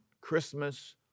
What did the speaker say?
Christmas